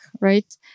right